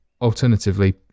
Alternatively